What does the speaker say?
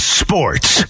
sports